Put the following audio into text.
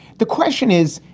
the question is,